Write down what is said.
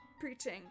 preaching